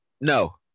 No